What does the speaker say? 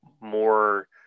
more